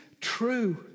true